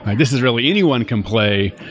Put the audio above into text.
and this is really anyone can play,